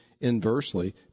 inversely